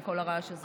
עם כל הרעש הזה.